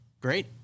Great